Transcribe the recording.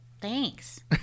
Thanks